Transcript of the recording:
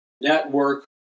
network